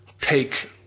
take